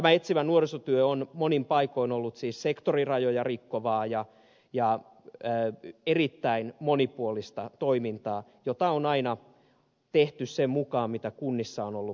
tämä etsivä nuorisotyö on monin paikoin ollut siis sektorirajoja rikkovaa ja erittäin monipuolista toimintaa jota on aina tehty sen mukaan mikä kunnissa on ollut tarve